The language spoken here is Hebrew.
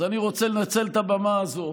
אז אני רוצה לנצל את הבמה הזאת